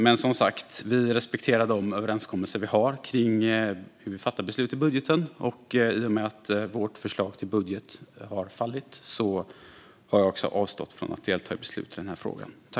Men, som sagt, vi respekterar de överenskommelser vi har kring hur vi fattar beslut om budgeten, och i och med att vårt förslag till budget har fallit har jag avstått från att delta i beslut i denna fråga.